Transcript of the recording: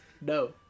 No